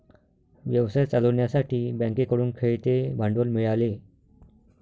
व्यवसाय चालवण्यासाठी बँकेकडून खेळते भांडवल मिळाले